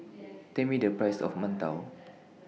Tell Me The Price of mantou